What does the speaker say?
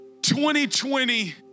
2020